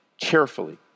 carefully